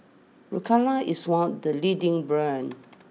Ricola is one of the leading brands